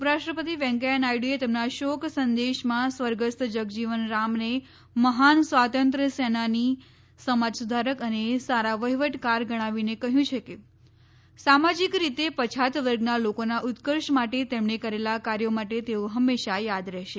ઉપરાષ્ટ્રપતિ વેકૈયા નાયડુએ તેમના શોક સંદેશમાં સ્વર્ગસ્થ જગજીવન રામને મહાન સ્વાતંત્ર્ય સેનાની સમાજ સુધારક અને સારા વહિવટકાર ગણાવીને કહ્યું છે કે સામાજીક રીતે પછાત વર્ગના લોકોના ઉત્કર્ષ માટે તેમણે કરેલા કાર્યો માટે તેઓ હંમેશા યાદ રહેશે